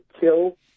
kill